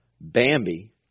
Bambi